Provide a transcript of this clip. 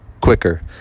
quicker